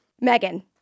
megan